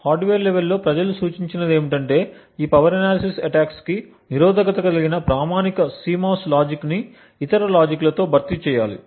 hardware level లో ప్రజలు సూచించినది ఏమిటంటే ఈ పవర్ అనాలిసిస్ అటాక్స్ కు నిరోధకత కలిగిన ప్రామాణిక CMOS లాజిక్ని ఇతర లాజిక్ లతో భర్తీ చేయాలి